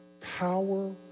power